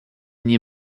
nie